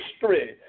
history